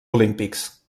olímpics